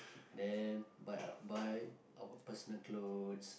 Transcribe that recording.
then buy buy our personal clothes